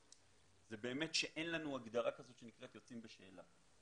זה באמת שאין לנו הגדרה כזאת שנקראת יוצאים בשאלה.